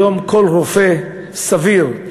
היום כל רופא סביר,